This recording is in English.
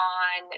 on